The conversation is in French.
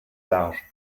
large